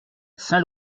saint